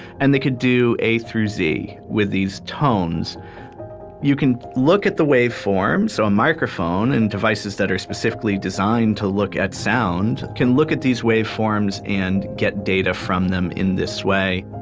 and they could do a through z with these tones you can look at the wave form, so a microphone and devices that are specifically designed to look at sound, can look at these waveforms and get data from them in this way